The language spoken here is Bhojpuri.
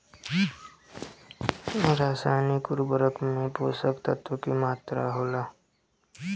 रसायनिक उर्वरक में पोषक तत्व की मात्रा होला?